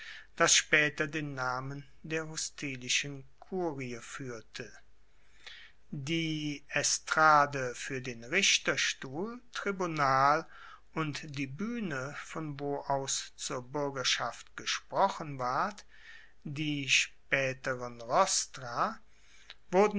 das spaeter den namen der hostilischen kurie fuehrte die estrade fuer den richterstuhl tribunal und die buehne von wo aus zur buergerschaft gesprochen ward die spaeteren